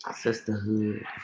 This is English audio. sisterhood